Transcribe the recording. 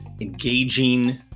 engaging